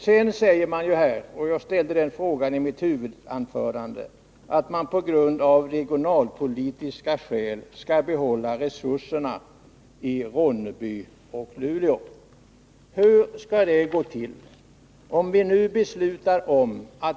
Sedan säger man här att vi av regionalpolitiska skäl skall behålla resurserna i Ronneby och Luleå. Jag ställde i mitt huvudanförande frågan: Hur skall det gå till?